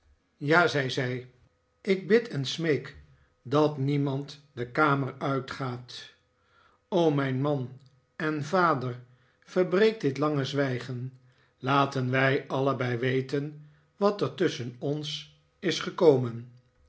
ja zei zij ik bid en smeek dat niemand de kamer uitgaat o mijn man en vader verbreek dit lange zwijgen laten wij allebei weten wat er tusschen ons is gekomen